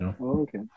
Okay